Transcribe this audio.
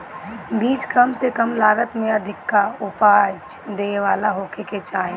बीज कम से कम लागत में अधिका उपज देवे वाला होखे के चाही